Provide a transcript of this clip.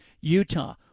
Utah